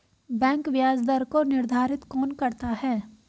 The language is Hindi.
बैंक ब्याज दर को निर्धारित कौन करता है?